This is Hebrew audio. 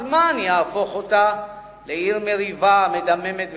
הזמן יהפוך אותה לעיר מריבה מדממת וכואבת.